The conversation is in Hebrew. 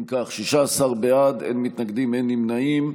16 בעד, אין מתנגדים, אין נמנעים.